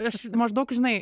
ir aš maždaug žinai